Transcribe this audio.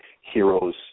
heroes